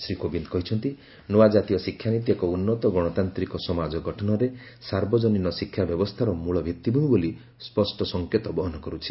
ଶ୍ରୀ କୋବିନ୍ଦ କହିଛନ୍ତି ନୂଆ ଜାତୀୟ ଶିକ୍ଷାନୀତି ଏକ ଉନ୍ନତ ଗଣତାନ୍ତିକ ସମାଜ ଗଠନରେ ସାର୍ବଜନୀନ ଶିକ୍ଷାବ୍ୟବସ୍ଥାର ମୂଳ ଭିଭିଭମି ବୋଲି ସ୍ୱଷ୍ଟ ସଂକେତ ବହନ କରୁଛି